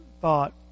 thought